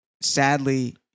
sadly